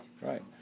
Right